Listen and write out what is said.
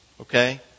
okay